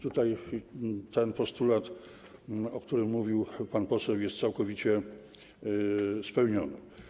Ten postulat, o którym mówił pan poseł, jest całkowicie spełniony.